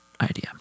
idea